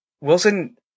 Wilson